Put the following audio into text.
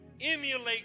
emulate